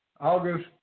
August